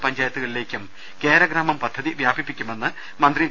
പഞ്ചായത്തുകളിലേക്കും കേരഗ്രാമം പദ്ധതി വ്യാപിപ്പിക്കുമെന്ന് മന്ത്രി വി